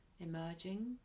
emerging